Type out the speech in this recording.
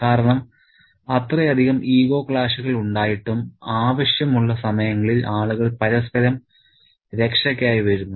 കാരണം അത്രയധികം ഈഗോ ക്ലാഷുകൾ ഉണ്ടായിട്ടും ആവശ്യമുള്ള സമയങ്ങളിൽ ആളുകൾ പരസ്പര രക്ഷക്കായി വരുന്നു